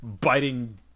biting